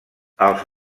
els